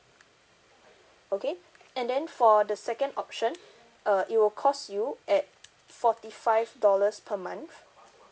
okay and then for the second option uh it will cost you at forty five dollars per month